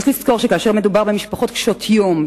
יש לזכור שכאשר מדובר במשפחות קשות יום,